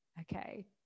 Okay